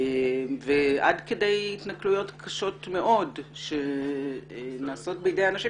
עד כדי התנכלויות קשות מאוד שנעשות בידי אנשים